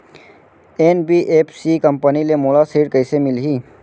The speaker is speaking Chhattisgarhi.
एन.बी.एफ.सी कंपनी ले मोला ऋण कइसे मिलही?